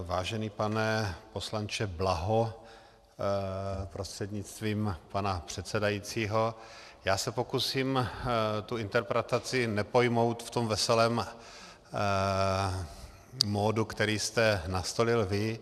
Vážený pane poslanče Blaho prostřednictvím pana předsedajícího, já se pokusím tu interpretaci nepojmout v tom veselém módu, který jste nastolil vy.